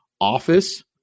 office